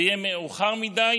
זה יהיה מאוחר מדי